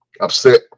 upset